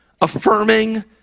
affirming